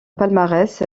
palmarès